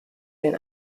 den